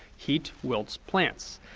heat wilts plants,